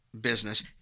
business